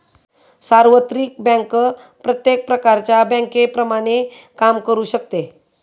सार्वत्रिक बँक प्रत्येक प्रकारच्या बँकेप्रमाणे काम करू शकते